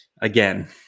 again